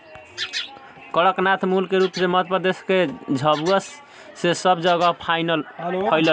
कड़कनाथ मूल रूप से मध्यप्रदेश के झाबुआ से सब जगेह फईलल